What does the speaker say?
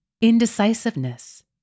indecisiveness